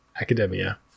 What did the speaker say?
Academia